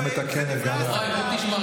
הדגיש שהוא בעד אפליה מתקנת גם לערבים.